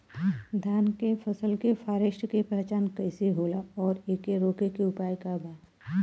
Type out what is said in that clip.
धान के फसल के फारेस्ट के पहचान कइसे होला और एके रोके के उपाय का बा?